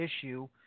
issue –